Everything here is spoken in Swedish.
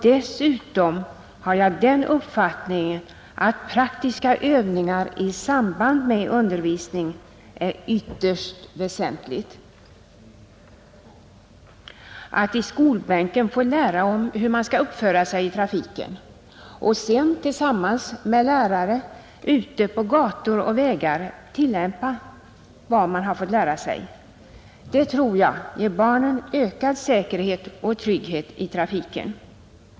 Dessutom har jag den uppfattningen att praktiska övningar i samband med undervisning är ytterst väsentliga. Att i skolbänken få lära hur man skall uppföra sig i trafiken och sedan tillsammans med lärare ute på gator och vägar tillämpa vad man har fått lära sig, det tror jag ger barnen ökad säkerhet och trygghet i trafiken.